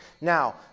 Now